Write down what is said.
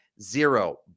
zero